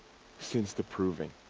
since the proving.